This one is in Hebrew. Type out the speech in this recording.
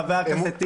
חבר הכנסת טיבי,